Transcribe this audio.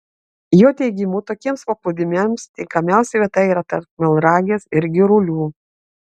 jo teigimu tokiems paplūdimiams tinkamiausia vieta yra tarp melnragės ir girulių